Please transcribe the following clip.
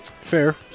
Fair